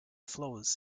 flows